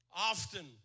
Often